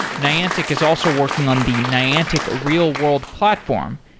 niantic is also working on the niantic real world platform,